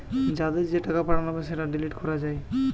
যাদের যে টাকা পাঠানো হবে সেটা ডিলিট করা যায়